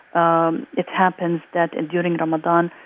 um it happens that, and during ramadan,